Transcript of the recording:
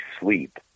sleep